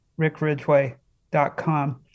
rickridgeway.com